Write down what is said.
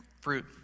fruit